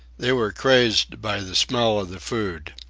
they were crazed by the smell of the food.